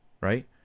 right